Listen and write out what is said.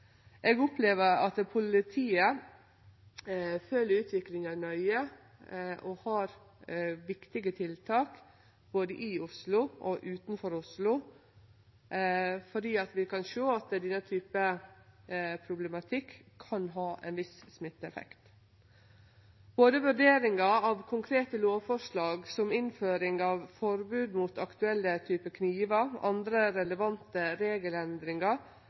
Eg opplever at politiet følgjer utviklinga nøye og har viktige tiltak både i og utanfor Oslo, fordi vi kan sjå at denne problematikken kan ha ein viss smitteeffekt. Vurderinga av konkrete lovforslag som innføring av forbod mot aktuelle typar knivar, andre relevante regelendringar,